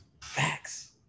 Facts